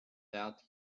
that